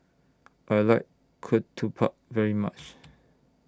I like Ketupat very much